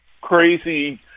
crazy